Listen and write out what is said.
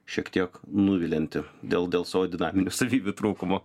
šiek tiek nuvilianti dėl dėl savo dinaminių savybių trūkumo